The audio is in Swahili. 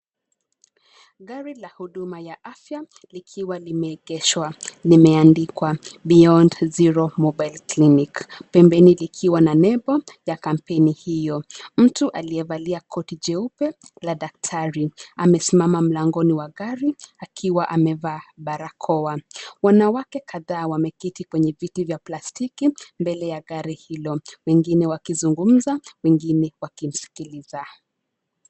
Gari la huduma ya afya likiwa limeegeshwa limeandikwa Beyond Zero Mobile Clinic. Pembeni likiwa na nembo ya kampeni hiyo. Mtu aliyevalia koti jeupe la daktari amesimama mlangoni wa gari akiwa amevaa barakoa. Wanawake kadhaa wameketi kwenye viti vya plastiki mbele ya gari hilo, wengine wakizungumza, wengine wakimsikiliza.